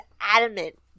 adamant